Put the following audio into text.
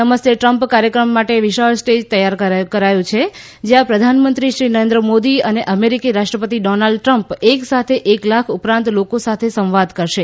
નમસ્તે ટ્રમ્પ કાર્યક્રમ માટે વિશાળ સ્ટેજ તૈયાર કરાયું છે જયાં પ્રધાનમંત્રી શ્રી નરેન્દ્ર મોદી અને અમેરીકી રાષ્ટ્રપતિ ડોનાલ્ડ ટ્રમ્પ એક સાથે એક લાખ ઉપરાંત લોકો સાથે સંવાદ કરશે